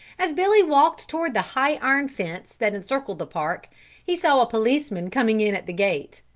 as billy walked toward the high iron fence that encircled the park he saw a policeman coming in at the gate.